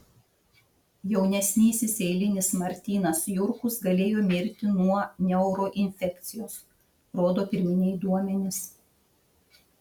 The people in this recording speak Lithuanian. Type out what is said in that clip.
jaunesnysis eilinis martynas jurkus galėjo mirti nuo neuroinfekcijos rodo pirminiai duomenys